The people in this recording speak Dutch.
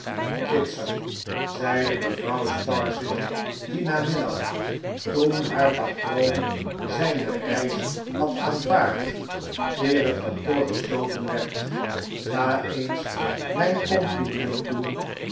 bitzer zeide mevrouw sparsit dien namiddag toen haar patroon zijne reis had aanvaard eer het kantoor gesloten werd ga eens mijn compliment doen